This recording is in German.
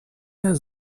der